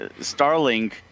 Starlink